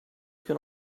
can